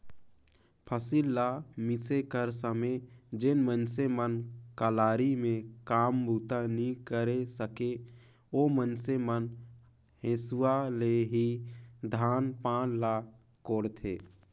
फसिल ल मिसे कर समे जेन मइनसे मन कलारी मे काम बूता नी करे सके, ओ मइनसे मन हेसुवा ले ही धान पान ल कोड़थे